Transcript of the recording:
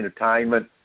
entertainment